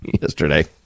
yesterday